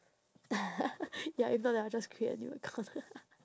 ya if not then I'll just create a new account